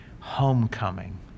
homecoming